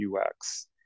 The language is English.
UX